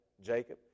Jacob